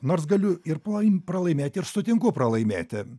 nors galiu ir plojim pralaimėti ir sutinku pralaimėti